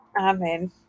Amen